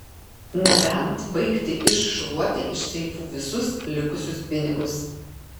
nebent baigti iššluoti iš seifų visus likusius pinigus